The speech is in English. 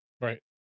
right